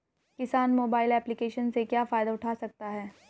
किसान mobile application से क्या फायदा उठा सकता है?